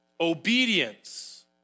Obedience